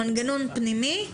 מנגנון פנימי,